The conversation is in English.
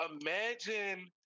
imagine